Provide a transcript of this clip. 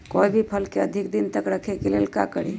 कोई भी फल के अधिक दिन तक रखे के लेल का करी?